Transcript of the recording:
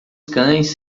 cães